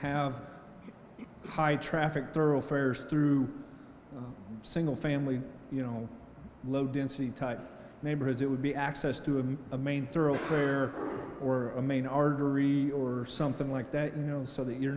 have high traffic thoroughfares through single family you know low density type neighborhoods it would be access to a main thoroughfare or a main artery or something like that you know so that you're